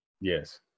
Yes